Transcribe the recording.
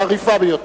חריפה ביותר.